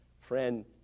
Friend